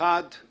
הערה אחת,